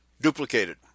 duplicated